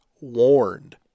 warned